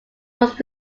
was